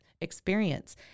experience